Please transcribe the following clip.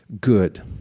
good